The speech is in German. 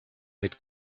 mit